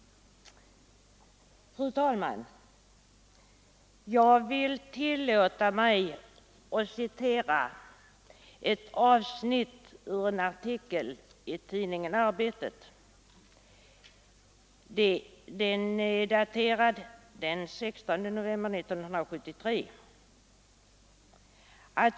Fru talman! Jag vill tillåta mig att citera ett avsnitt ur en artikel i tidningen Arbetet av den 16 november 1973.